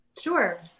Sure